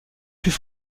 plus